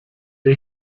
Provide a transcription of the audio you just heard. wir